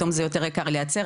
זה יותר יקר לייצר,